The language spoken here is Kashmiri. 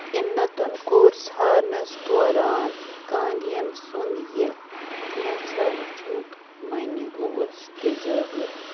اِنتُن کوٚر ژھارنس دوران کاندین سُنٛد یہِ کینٛژھا وٕچھمُت معنی اوس تہِ ظٲہِر